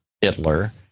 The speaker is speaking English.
Hitler